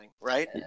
right